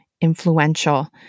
influential